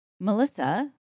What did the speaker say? Melissa